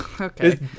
Okay